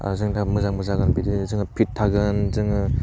जों दा मोजांबो जागोन बिदिनो जोङो फिट थागोन जोङो